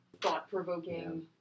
thought-provoking